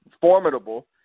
formidable